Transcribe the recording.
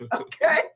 Okay